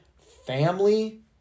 family